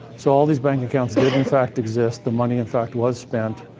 so all these bank accounts did in fact exist, the money in fact was spent.